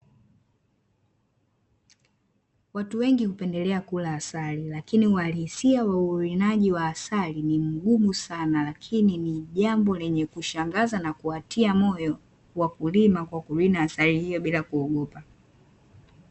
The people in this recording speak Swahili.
Watu wengi hupendelea kula asali, lakini uhalisia wa uvunaji wa asali ni mgumu sana, lakini ni jambo lenye kushangaza na kuwatia moyo wakulima, kwa kurina asali hiyo bila kuogopa.